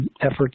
efforts